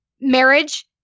marriage